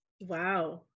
Wow